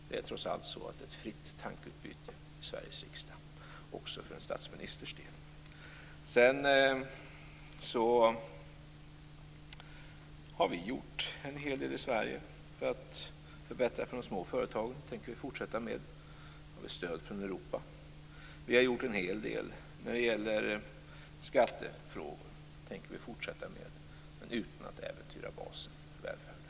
Det är trots allt ett fritt tankeutbyte i Sveriges riksdag - också för en statsministers del. Vi har gjort en hel del i Sverige för att förbättra för de små företagen. Det tänker vi fortsätta med. Där har vi stöd från Europa. Vi har gjort en hel del när det gäller skattefrågor. Det tänker vi fortsätta med - men utan att äventyra basen för välfärden.